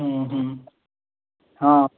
ହୁଁ ହୁଁ ହଁ